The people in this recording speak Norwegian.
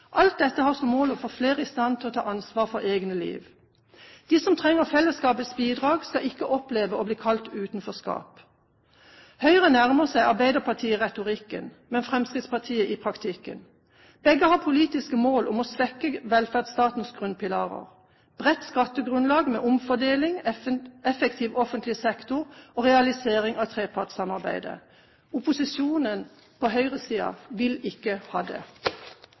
alt som mål å få flere i stand til å ta ansvar for egne liv. De som trenger fellesskapets bidrag, skal ikke oppleve å bli kalt «utenforskap». Høyre nærmer seg Arbeiderpartiet i retorikken, men Fremskrittspartiet i praktikken. Begge har politiske mål om å svekke velferdsstatens grunnpilarer: bredt skattegrunnlag med omfordeling, effektiv offentlig sektor og realisering av trepartssamarbeidet. Opposisjonen på høyresiden vil ikke ha det.